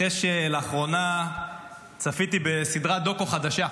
אחרי שלאחרונה צפיתי בסדרת דוקו חדשה.